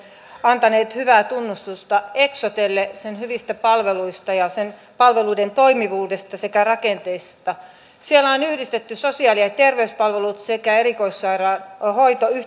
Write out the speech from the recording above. antanut hyvää tunnustusta eksotelle sen hyvistä palveluista ja sen palveluiden toimivuudesta sekä rakenteista siellä on yhdistetty sosiaali ja ja terveyspalvelut sekä erikoissairaanhoito